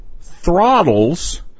throttles